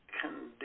condition